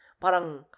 parang